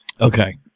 Okay